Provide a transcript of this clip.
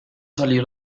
salir